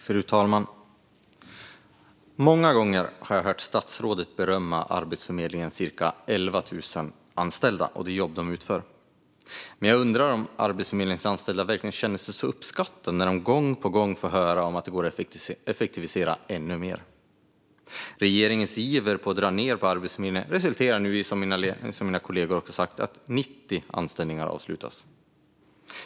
Fru talman! Många gånger har jag hört statsrådet berömma Arbetsförmedlingens cirka 11 000 anställda och det jobb de utför. Men jag undrar om Arbetsförmedlingens anställda verkligen känner sig uppskattade när de gång på gång får höra att det går att effektivisera ännu mer. Precis som mina kollegor sagt resulterar regeringens iver att dra ned på Arbetsförmedlingen nu i att 90 anställningar avslutas.